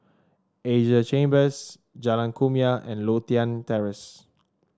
Asia Chambers Jalan Kumia and Lothian Terrace